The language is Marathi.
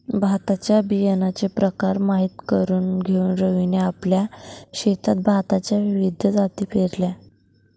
भाताच्या बियाण्याचे प्रकार माहित करून घेऊन रवीने आपल्या शेतात भाताच्या विविध जाती पेरल्या